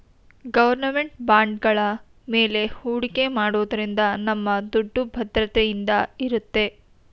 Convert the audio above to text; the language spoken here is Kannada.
ಗೌರ್ನಮೆಂಟ್ ಬಾಂಡ್ಗಳ ಮೇಲೆ ಹೂಡಿಕೆ ಮಾಡೋದ್ರಿಂದ ನಮ್ಮ ದುಡ್ಡು ಭದ್ರತೆಯಿಂದ ಇರುತ್ತೆ